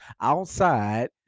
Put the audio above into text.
outside